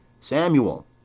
Samuel